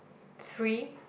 three